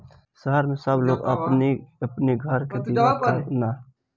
शहर में सब लोग अपनी अपनी घर के बीमा करावत हवे